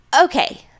okay